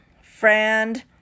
friend